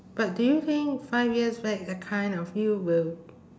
but do you think five years back the kind of you will